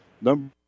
number